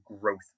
growth